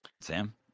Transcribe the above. Sam